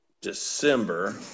December